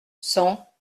cent